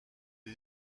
est